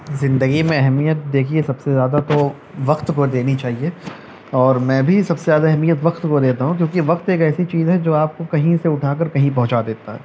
زندگی میں اہمیت دیکھیے سب سے زیادہ تو وقت کو دینی چاہیے اور میں بھی سب سے زیادہ اہمیت وقت کو دیتا ہوں کیونکہ وقت ایک ایسی چیز ہے جو آپ کو کہیں سے اٹھا کر کہیں پہنچا دیتا ہے